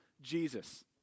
Jesus